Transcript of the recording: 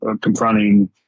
confronting